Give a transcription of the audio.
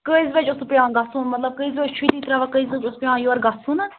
کٔژِ بَجہِ اوسوُ پٮ۪وان گژھُن مطلب کٔژِ بَجہِ چھُٹی ترٛاوان کٔژِ بَجہِ اوس پٮ۪وان یورٕ گژھُن حظ